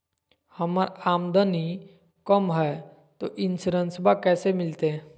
हमर आमदनी कम हय, तो इंसोरेंसबा कैसे मिलते?